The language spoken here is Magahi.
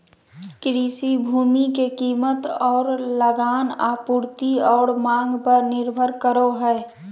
कृषि भूमि के कीमत और लगान आपूर्ति और मांग पर निर्भर करो हइ